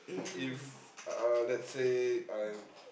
if uh let's say I